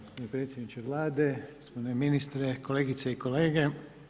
Potpredsjedniče Vlade, gospodine ministre, kolegice i kolege.